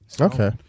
Okay